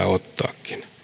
ottaa